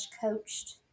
coached